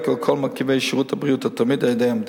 או כל מרכיבי שירות בריאות התלמיד על-ידי המדינה.